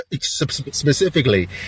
Specifically